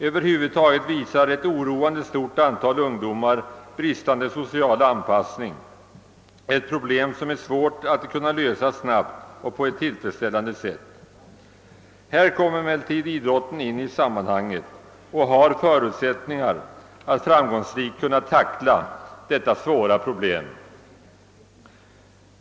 Över huvud taget visar ett oroande stort antal ungdomar bristande social anpassning, ett problem som är svårt att åstadkomma en någorlunda snabb lösning av. Här kommer då idrotten in i sammanhanget med förutsättningar att framgångsrikt kunna tackla detta svåra problem.